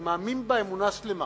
אני מאמין באמונה שלמה